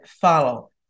follow